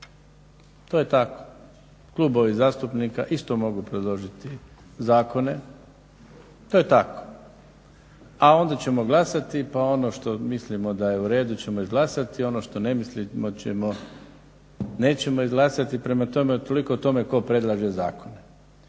To je tako. Klubovi zastupnika isto mogu predložiti zakone. To je tako. A onda ćemo glasati, pa ono što mislimo da je u redu ćemo izglasati, ono što ne mislimo nećemo izglasati. Prema tome, toliko o tome tko predlaže zakon.